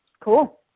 Cool